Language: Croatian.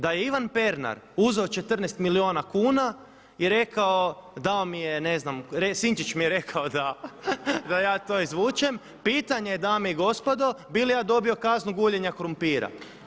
Da je Ivan Pernar uzeo 14 milijuna kuna i rekao dao mi je, ne znam, Sinčić mi je rekao da ja izvučem, pitanje je dame i gospodo bi li ja dobio kaznu guljenja krumpira.